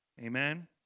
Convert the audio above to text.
Amen